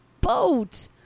boat